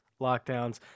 lockdowns